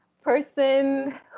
person